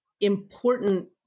important